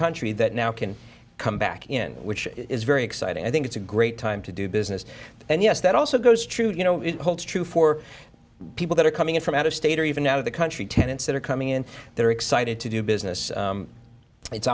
country that now can come back in which is very exciting i think it's a great time to do business and yes that also goes true you know holds true for people that are coming in from out of state or even out of the country tenants that are coming in they're excited to do business it's